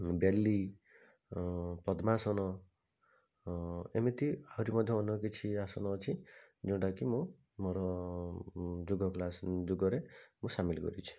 ବେଲି ପଦ୍ମାସନ ଏମିତି ଆହୁରି ମଧ୍ୟ ଅନେକ କିଛି ଆସନ ଅଛି ଯେଉଁଟାକି ମୁଁ ମୋର ଯୋଗ କ୍ଳାସ୍ ଯୋଗରେ ମୁଁ ସାମିଲ କରିଛି